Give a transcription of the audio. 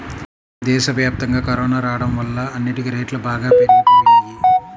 దేశవ్యాప్తంగా కరోనా రాడం వల్ల అన్నిటికీ రేట్లు బాగా పెరిగిపోయినియ్యి